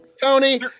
Tony